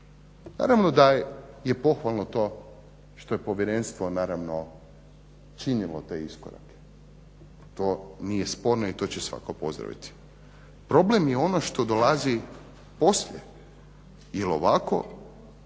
Naravno da je pohvalno to što je Povjerenstvo naravno činilo te iskorake. To nije sporno i to će svatko pozdraviti. Problem je ono što dolazi poslije, jer ovako